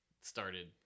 started